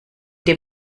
dem